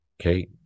okay